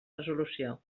resolució